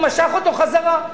הוא משך אותו חזרה.